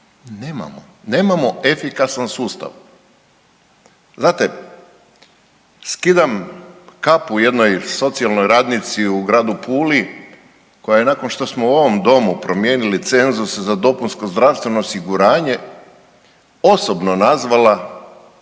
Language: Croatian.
nemamo, nemamo efikasan sustav. Znate, skidam kapu jednoj socijalnoj radnici u gradu Puli koja je nakon što smo u ovom domu promijenili cenzus za dopunsko zdravstveno osiguranje osobno nazvala